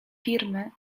firmy